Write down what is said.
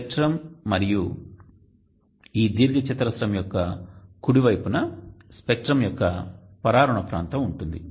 spectrum మరియు ఈ దీర్ఘచతురస్రం యొక్క కుడి వైపున స్పెక్ట్రం యొక్క "పరారుణ ప్రాంతం" ఉంటుంది